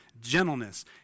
gentleness